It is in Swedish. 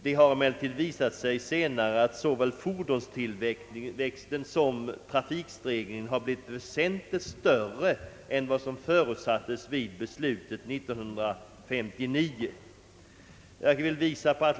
Det har emellertid visat sig senare att såväl fordonstillväxten som trafikökningen har blivit väsentligt större än som förutsattes vid beslutet 1959.